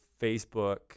facebook